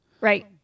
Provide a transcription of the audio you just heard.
Right